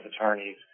attorneys